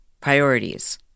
priorities